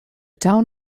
town